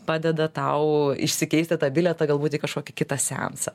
padeda tau išsikeisti tą bilietą galbūt į kažkokį kitą seansą